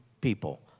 people